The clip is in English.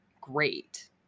great